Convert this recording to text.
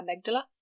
amygdala